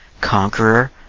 Conqueror